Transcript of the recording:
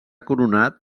coronat